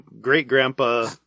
great-grandpa